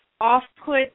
off-put